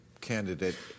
candidate